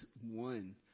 one